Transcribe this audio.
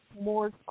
more